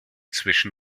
zwischen